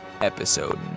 Episode